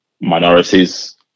minorities